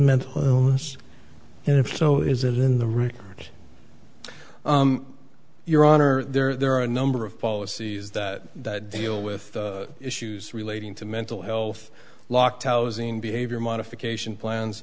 mental illness and if so is it in the right your honor there are a number of policies that that deal with issues relating to mental health locked housing behavior modification plans